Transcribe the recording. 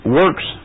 works